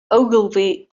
ogilvy